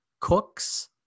Cooks